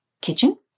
kitchen